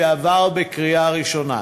שעבר בקריאה ראשונה.